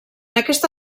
aquesta